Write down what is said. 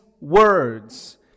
words